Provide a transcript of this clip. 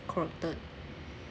corrupted